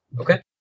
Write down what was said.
Okay